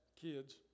kids